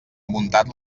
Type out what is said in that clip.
muntat